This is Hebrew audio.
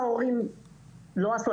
ההורים לא עשו.